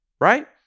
right